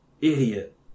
Idiot